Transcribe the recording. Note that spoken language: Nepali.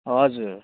हजुर